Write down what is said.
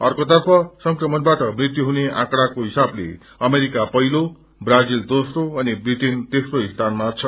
अर्कोतर्फ संक्रमणबाट मृत्यु हुने आकंड़ाहरूको हिसाबले अमेरिका पहिलो ब्राजिल दोस्रो अनि ब्रिटन तेस्रो स्थानामा छन्